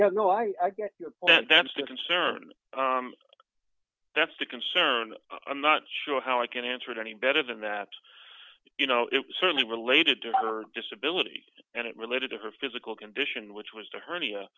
no i guess that's a concern that's the concern i'm not sure how i can answer it any better than that you know it was certainly related to her disability and it related to her physical condition which was the hernia